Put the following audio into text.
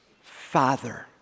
Father